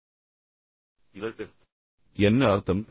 இதற்கு என்ன அர்த்தம்